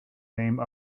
name